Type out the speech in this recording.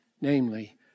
namely